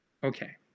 Okay